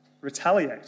retaliate